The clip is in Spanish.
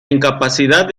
incapacidad